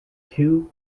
two